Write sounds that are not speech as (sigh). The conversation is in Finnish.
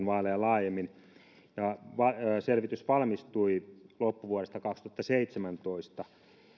(unintelligible) vaaleja laajemmin ja selvitys valmistui loppuvuodesta kaksituhattaseitsemäntoista